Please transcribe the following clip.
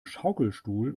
schaukelstuhl